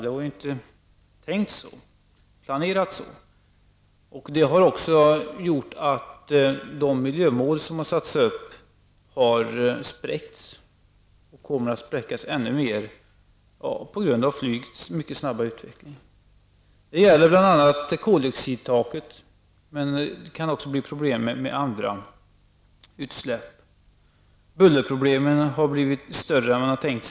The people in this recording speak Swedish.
En sådan utveckling var det inte planerat för. Det har gjort att uppsatta miljömål har spräckts, och så kommer det att bli i ännu större utsträckning. Det gäller bl.a. detta med koldioxidtaket. Men vi kan också få problem med andra utsläpp. Bullerproblemen har blivit större än man beräknat.